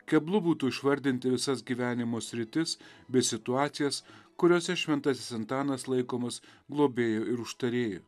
keblu būtų išvardinti visas gyvenimo sritis bei situacijas kuriose šventasis antanas laikomas globėju ir užtarėju